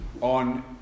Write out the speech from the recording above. on